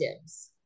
dibs